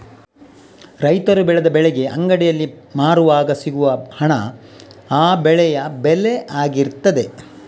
ರೈತರು ಬೆಳೆದ ಬೆಳೆಗೆ ಅಂಗಡಿಯಲ್ಲಿ ಮಾರುವಾಗ ಸಿಗುವ ಹಣ ಆ ಬೆಳೆಯ ಬೆಲೆ ಆಗಿರ್ತದೆ